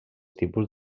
tipus